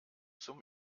zum